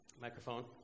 microphone